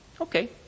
Okay